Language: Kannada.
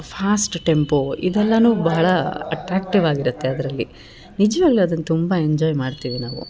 ಫಾಸ್ಟ್ ಟೆಂಪೋ ಇದೆಲ್ಲನೂ ಬಹಳ ಅಟ್ರ್ಯಾಕ್ಟಿವ್ ಆಗಿರುತ್ತೆ ಅದರಲ್ಲಿ ನಿಜವಾಗ್ಲೂ ಅದನ್ನ ತುಂಬ ಎಂಜಾಯ್ ಮಾಡ್ತೀವಿ ನಾವು